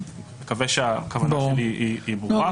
אני מקווה שהכוונה שלי ברורה.